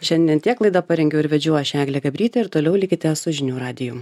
šiandien tiek laidą parengiau ir vedžiau aš eglė gabrytė ir toliau likite su žinių radiju